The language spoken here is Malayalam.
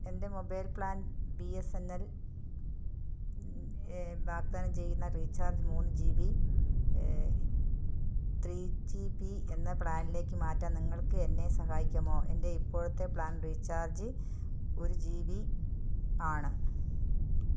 എൻറ്റെ mobile plan B S N L വാഗ്ദാനം ചെയ്യുന്ന റീചാർജ് മൂന്ന് G B three G B എന്ന പ്ലാനിലേക്ക് മാറ്റാൻ നിങ്ങൾക്ക് എന്നെ സഹായിക്കാമോ എൻറ്റെ ഇപ്പോഴത്തെ പ്ലാൻ റീച്ചാർജ് ഒരു ജീ ബി ആണ്